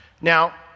Now